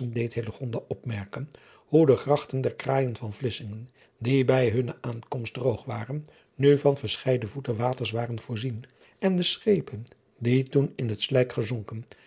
deed opmerken hoe de grachten der kaaijen van lissingen die bij hunne aankomst droog waren nu van verscheiden voeten waters waren voorzien en de schepen die toen in het slijk gezonken